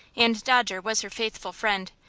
and dodger was her faithful friend,